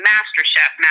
MasterChef